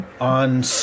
On